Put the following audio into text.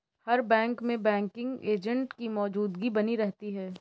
हर bank में banking agent की मौजूदगी बनी रहती है